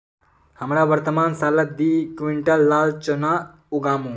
हमरा वर्तमान सालत दी क्विंटल लाल चना उगामु